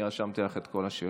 אני רשמתי לך את כל השאלות.